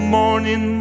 morning